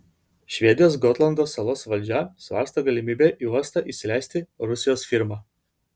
švedijos gotlando salos valdžia svarsto galimybę į uostą įsileisti rusijos firmą